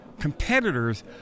Competitors